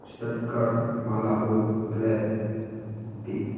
ꯏꯁꯇꯠꯒꯥꯠ ꯃꯂꯥꯕꯣ ꯒ꯭ꯂꯦꯠꯕꯤꯛ